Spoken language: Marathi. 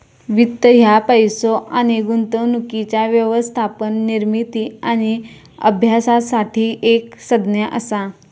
वित्त ह्या पैसो आणि गुंतवणुकीच्या व्यवस्थापन, निर्मिती आणि अभ्यासासाठी एक संज्ञा असा